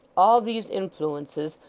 all these influences,